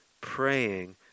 praying